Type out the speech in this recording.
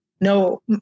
no